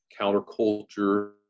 counterculture